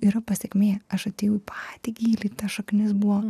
yra pasekmė aš atėjau į patį gylį tas šaknis buvo